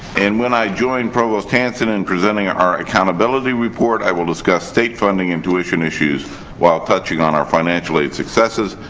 and, when i join provost hanson in presenting our accountability report, i will discuss state funding and tuition issues while touching on our financial aid successes,